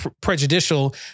prejudicial